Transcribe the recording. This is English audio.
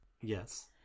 Yes